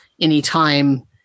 anytime